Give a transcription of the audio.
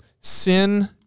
sin